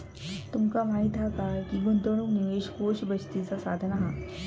तुमका माहीत हा काय की गुंतवणूक निवेश कोष बचतीचा साधन हा